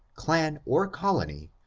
clan, or colony,